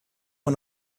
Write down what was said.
one